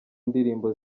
ndirimbo